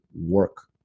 work